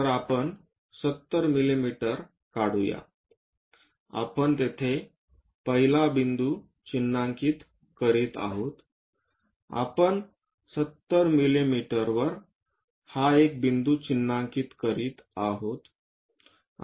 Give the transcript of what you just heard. तर आपण 70 मिमी काढू या आपण तेथे पहिला बिंदू चिन्हांकित करीत आहे आपण 70 मिमी हा एक बिंदू चिन्हांकित करीत आहे